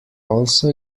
also